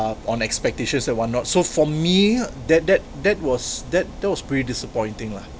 uh on expected issues and whatnot so for me that that that was that that was pretty disappointing lah